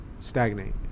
stagnate